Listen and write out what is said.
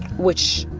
which